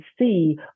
see